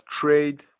trade